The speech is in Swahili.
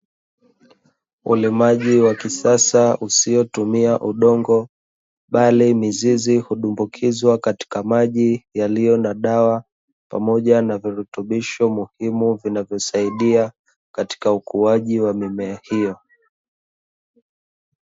Ulimaji wa kisasa usiotumia udongo, bali mizizi hudumbukizwa katika maji yaliyo na dawa pamoja na virutubisho muhimu, vinavyosaidia katika ukuaji wa mimea hiyo.